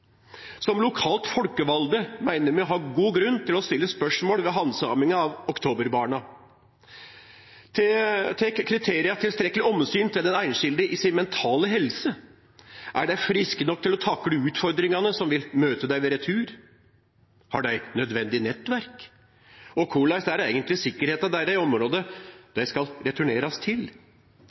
Som lokalt folkevalde meiner me å ha god grunn til å stille spørsmål ved handsaminga av «oktoberbarna». Tek kriteria tilstrekkeleg omsyn til den einskilde si mentale helse? Er dei friske nok til å takle utfordringane som vil møte dei ved retur? Har dei nødvendig nettverk, og korleis er eigentleg sikkerheita deira i området dei skal returnerast til?